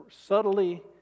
subtly